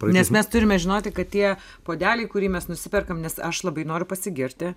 nes mes turime žinoti kad tie puodeliai kurį mes nusiperkam nes aš labai noriu pasigirti